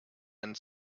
and